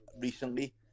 recently